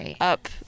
up